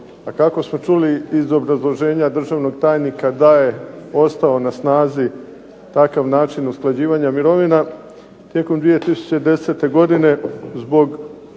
A kako smo čuli iz obrazloženja državnog tajnika, da je ostao na snazi takav način usklađivanja mirovina tijekom 2010. godine zbog